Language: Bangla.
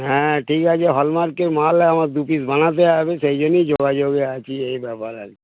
হ্যাঁ ঠিক আছে হলমার্কের মাল আমার দু পিস বানাতে হবে সেই জন্যই যোগাযোগে আছি এই ব্যাপার আর কি